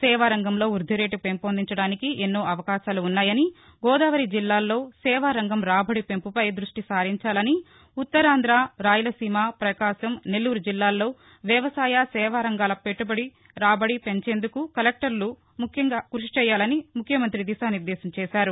సేవారంగంలో వ్బద్దిరేటు పెంపొందించడానికి ఎన్నో అవకాశాలున్నాయని గోదావరి జిల్లాల్లో సేవారంగం రాబడి పెంపుపై దృష్టి సారించాలని ఉత్తరాంధర రాయలసీమ ప్రకాశం నెల్లూరు జిల్లాల్లో వ్యవసాయ సేవారంగాల రాబడి పెంచాలని కూడా కలెక్టర్లకు ముఖ్యమంత్రి దిశానిర్దేశం చేశారు